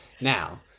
now